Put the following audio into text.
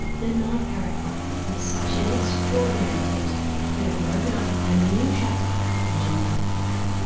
the night parrot find was such an extraordinary feat that it would open up a new chapter in john young's life.